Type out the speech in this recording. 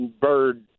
bird